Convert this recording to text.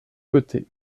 côté